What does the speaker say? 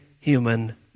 human